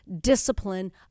discipline